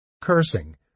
Cursing